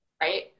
right